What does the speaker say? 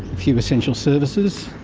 few essential services,